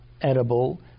edible